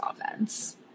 offense